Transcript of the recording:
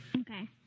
okay